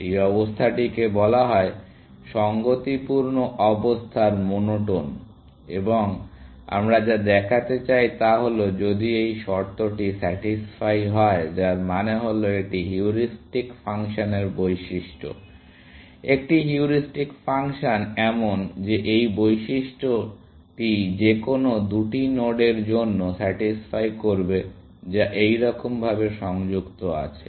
এই অবস্থাটিকে বলা হয় সঙ্গতিপূর্ণ অবস্থার মনোটোন এবং আমরা যা দেখাতে চাই তা হল যদি এই শর্তটি স্যাটিসফাই হয় যার মানে হল এটি হিউরিস্টিক ফাংশনের বৈশিষ্ট্য একটি হিউরিস্টিক ফাংশন এমন যে এই বৈশিষ্ট্যটি যে কোনও দুটি নোডের জন্য স্যাটিসফাই করবে যা এইরকম ভাবে সংযুক্ত আছে